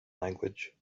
language